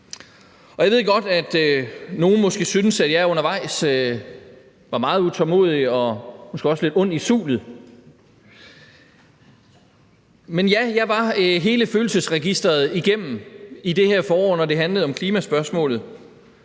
jeg ved godt, at nogle måske synes, at jeg undervejs var meget utålmodig og måske også lidt ond i sulet. Men ja, jeg var hele følelsesregisteret igennem i det her forår, når det handlede om klimaspørgsmålet.